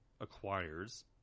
acquires